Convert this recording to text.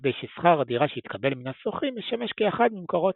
בכדי ששכר הדירה שהתקבל מן השוכרים ישמש כאחד ממקורות